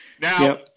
Now